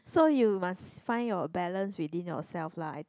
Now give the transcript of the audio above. so you must find your balance within yourself lah I think